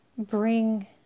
bring